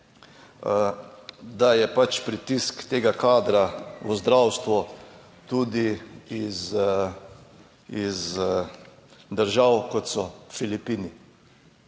da je pač pritisk tega kadra v zdravstvu tudi iz držav, kot so Filipini.